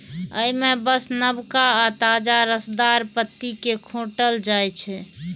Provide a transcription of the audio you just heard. अय मे बस नवका आ ताजा रसदार पत्ती कें खोंटल जाइ छै